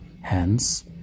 hence